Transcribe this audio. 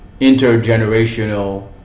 intergenerational